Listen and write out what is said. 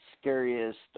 scariest